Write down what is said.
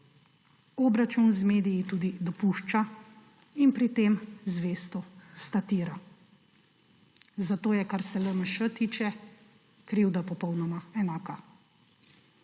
obračun z mediji tudi dopušča in pri tem zvesto statira. Zato je, kar se LMŠ tiče, krivda popolnoma enaka.